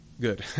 good